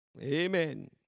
Amen